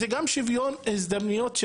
זה גם שוויון הזדמנויות.